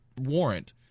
warrant